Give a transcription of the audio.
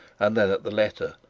and then at the letter,